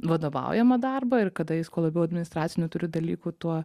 vadovaujamą darbą ir kada jis kuo labiau administracinių turi dalykų tuo